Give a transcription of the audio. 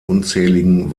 unzähligen